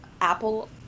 apple